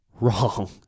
Wrong